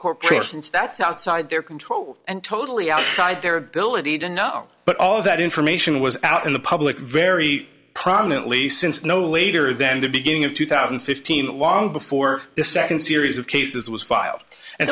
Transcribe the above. corporations that's outside their control and totally outside their ability to know but all of that information was out in the public very prominently since no later than the beginning of two thousand and fifteen long before the second series of cases was filed and